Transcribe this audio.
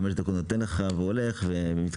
הרופא נותן לך חמש דקות והולך.